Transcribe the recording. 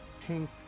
pink